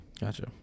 Gotcha